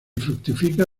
fructifica